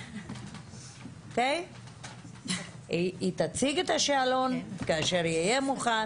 היא תציג את השאלון כאשר הוא יהיה מוכן.